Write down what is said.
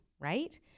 right